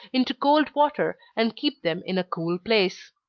into cold water, and keep them in a cool place.